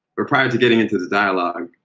but prior to getting into the dialogue,